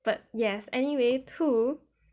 but yes anyway two